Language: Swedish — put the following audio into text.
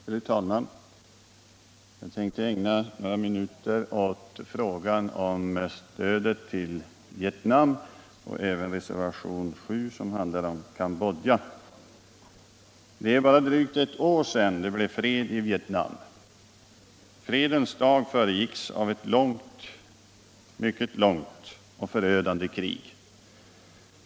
Fru talman! Jag tänkte ägna några minuter åt frågan om stöd till Vietnam och även åt reservationen 7, som handlar om Cambodja. Det var drygt ett år sedan det blev fred i Vietnam. Fredens dag föregicks av ett långt - mycket långt - och förödande krig.